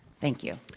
thank you.